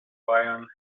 bayern